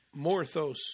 Morthos